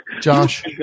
Josh